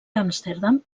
amsterdam